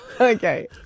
Okay